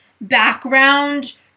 background